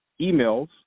emails